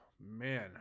man